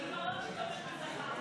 מי שרוצה להצביע,